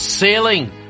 sailing